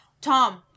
Tom